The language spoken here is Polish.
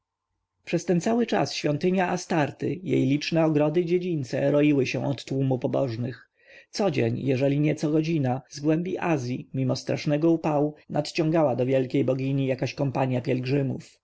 przez ten czas świątynia astarty jej liczne ogrody i dziedzińce roiły się od tłumu pobożnych codzień jeżeli nie co godzina z głębi azji mimo strasznego upału nadciągała do wielkiej bogini jakaś kompanja pielgrzymów